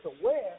aware